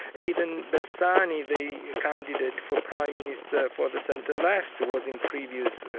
even bersani, the candidate for prime minister for the centre left was in previous,